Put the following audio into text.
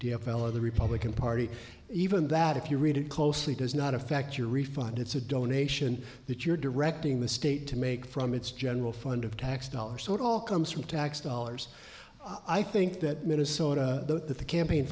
of the republican party even that if you read it closely does not affect your refund it's a donation that you're directing the state to make from its general fund of tax dollars so it all comes from tax dollars i think that minnesota that the campaign